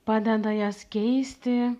padeda jas keisti